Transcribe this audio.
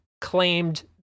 claimed